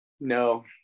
No